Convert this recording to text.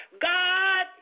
God